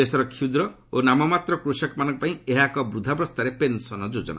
ଦେଶର କ୍ଷୁଦ୍ର ଓ ନାମମାତ୍ର କୃଷକମାନଙ୍କ ପାଇଁ ଏହା ଏକ ବୃଦ୍ଧାବସ୍ଥାରେ ପେନ୍ସନ୍ ଯୋଚ୍ଚନା